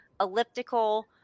elliptical